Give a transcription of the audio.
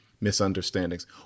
misunderstandings